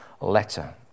letter